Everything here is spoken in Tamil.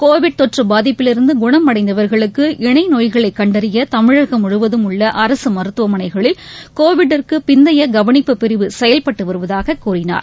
கோவிட் தொற்று பாதிப்பிலிருந்து குணம் அடைந்தவர்களுக்கு இணை நோய்களை கண்டறிய தமிழகம் முழுவதும் உள்ள அரசு மருத்துவமனைகளில் கோவிட்டிற்கு பிந்தைய கவனிப்புப் பிரிவு செயல்பட்டு வருவதாக கூறினார்